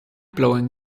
blowing